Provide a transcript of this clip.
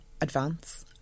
advance